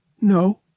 No